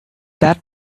that